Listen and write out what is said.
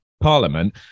Parliament